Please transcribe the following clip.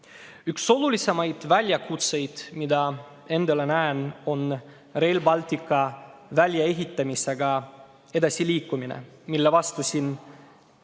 Üks olulisemaid väljakutseid, mida endale näen, on Rail Balticu väljaehitamisega edasiliikumine, mille vastu siin